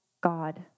God